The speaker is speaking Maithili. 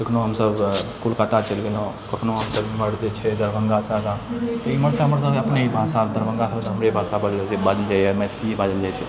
कखनो हमसब कोलकाता चलि गेलहुँ कखनो हमसब एमहर जे छै दरभङ्गासँ आगाँ एमहर तऽ हमरसबके अपने अइ भाषा दरभङ्गासबमे अपने भाषा बाजल जाइए मैथिलिए बाजल जाइ छै